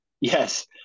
Yes